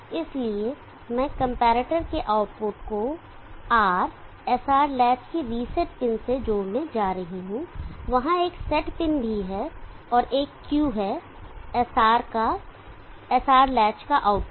इसलिए मैं कंपैरेटर के आउटपुट को R SR लैच की रीसेट पिन से जोड़ने जा रहा हूं वहां एक सेट पिन भी है और एक Q है SR लैच का आउटपुट